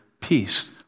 peace